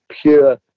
pure